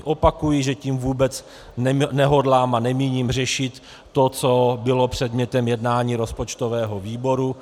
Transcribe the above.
Opakuji, že tím vůbec nehodlám a nemíním řešit to, co bylo předmětem jednání rozpočtového výboru.